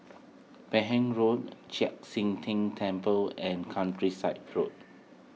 Road Chek Sian Tng Temple and Countryside Road